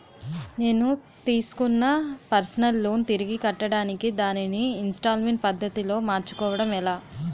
నేను తిస్కున్న personal loan తిరిగి కట్టడానికి దానిని ఇంస్తాల్మేంట్ పద్ధతి లో మార్చుకోవడం ఎలా?